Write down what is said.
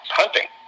hunting